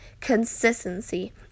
consistency